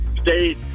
stay